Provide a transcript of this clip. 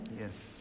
Yes